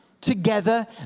together